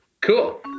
Cool